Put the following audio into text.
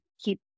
keep